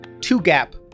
two-gap